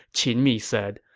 qin mi said.